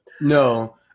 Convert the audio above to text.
No